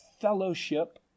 Fellowship